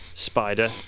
spider